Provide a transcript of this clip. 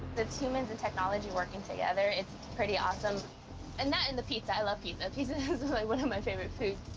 it's humans and technology working together. it's pretty awesome. and that and the pizza. i love pizza. pizza is is one of my favorite foods.